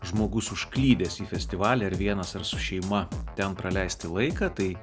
žmogus užklydęs į festivalį ar vienas ar su šeima ten praleisti laiką tai